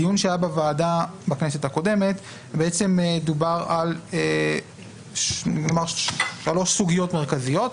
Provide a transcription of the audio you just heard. בדיון שהיה בוועדה בכנסת הקודמת דובר על ארבע סוגיות מרכזיות.